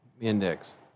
index